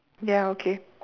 ya okay